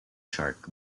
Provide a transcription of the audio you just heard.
shark